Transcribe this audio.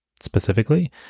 Specifically